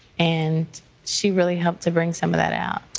and she really helped to bring some of that out.